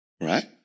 right